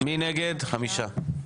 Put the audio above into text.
חמישה.